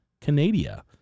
Canada